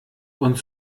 und